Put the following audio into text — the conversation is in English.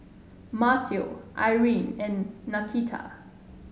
Matteo Irene and Nakita